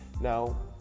now